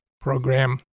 program